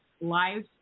live